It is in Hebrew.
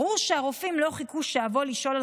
ברור שהרופאים לא חיכו שאבוא לשאול על